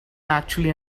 actually